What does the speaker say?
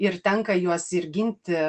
ir tenka juos ir ginti